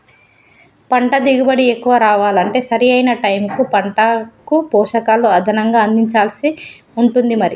పంట దిగుబడి ఎక్కువ రావాలంటే సరి అయిన టైముకు పంటకు పోషకాలు అదనంగా అందించాల్సి ఉంటది మరి